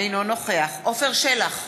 אינו נוכח עפר שלח,